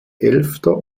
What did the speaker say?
elfter